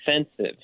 offensive